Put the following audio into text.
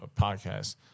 podcast